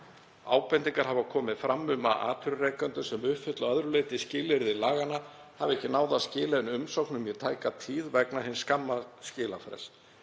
Ábendingar hafa komið fram um að atvinnurekendur, sem uppfylla að öðru leyti skilyrði laganna, hafi ekki náð að skila inn umsóknum í tæka tíð vegna hins skamma skilafrests.